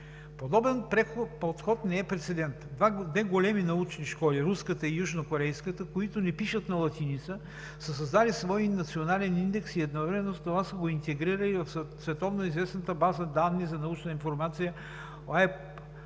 Подобен подход не е прецедент. Две големи научни школи – руската и южнокорейската, които не пишат на латиница, са създали свой национален индекс и едновременно с това са го интегрирали в световноизвестната база данни за научна информация Web